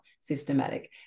systematic